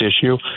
issue